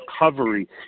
recovery